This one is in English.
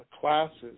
classes